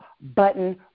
button